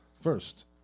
first